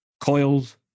coils